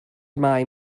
mai